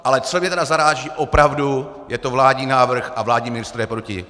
Ale co mě zaráží opravdu: je to vládní návrh a vládní ministr je proti!